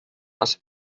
base